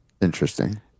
Interesting